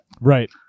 Right